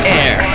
air